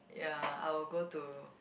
ya I will go to